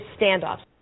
standoff